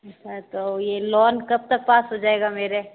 अच्छा तो ये लोन कब तक पास हो जायेगा मेरे